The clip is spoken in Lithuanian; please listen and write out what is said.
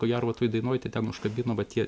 ko gero va toj dainoj tai ten užkabino vat tie